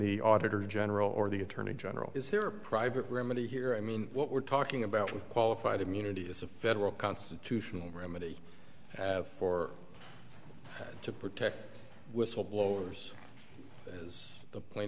the auditor general or the attorney general is there a private remedy here i mean what we're talking about with qualified immunity is a federal constitutional remedy for to protect whistleblowers is the plane